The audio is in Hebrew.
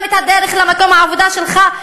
שחוסמת את הדרך למקום העבודה שלך,